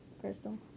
Crystal